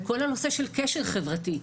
כל הנושא של קשר חברתי.